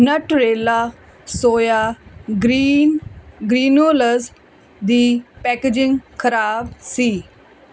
Nutrela soya green granules ਦੀ packaging ਖਰਾਬ ਸੀ